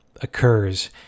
occurs